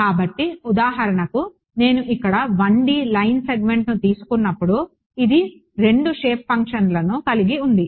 కాబట్టి ఉదాహరణకు నేను ఇక్కడ 1D లైన్ సెగ్మెంట్ను తీసుకున్నప్పుడు ఇది 2 షేప్ ఫంక్షన్లు కలిగి ఉంది